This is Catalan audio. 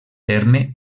terme